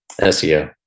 SEO